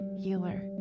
healer